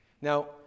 Now